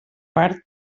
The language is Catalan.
part